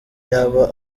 yaba